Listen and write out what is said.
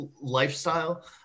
lifestyle